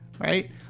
right